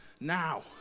now